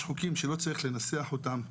יש דמעות שלא צריך לנסח אותם.